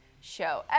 show